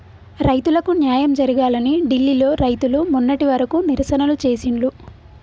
రైతులకు న్యాయం జరగాలని ఢిల్లీ లో రైతులు మొన్నటి వరకు నిరసనలు చేసిండ్లు